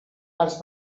als